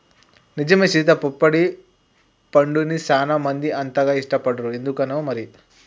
నిజమే సీత పొప్పడి పండుని సానా మంది అంతగా ఇష్టపడరు ఎందుకనో మరి